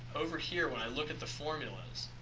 over here when i look at the formula